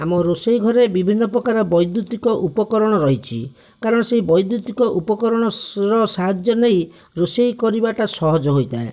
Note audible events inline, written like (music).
ଆମ ରୋଷେଇ ଘରେ ବିଭିନ୍ନ ପ୍ରକାର ବୈଦ୍ୟୁତିକ ଉପକରଣ ରହିଛି କାରଣ ସେହି ବୈଦ୍ୟୁତିକ ଉପକରଣ (unintelligible) ସାହାଯ୍ୟ ନେଇ ରୋଷେଇ କରିବାଟା ସହଜ ହୋଇଥାଏ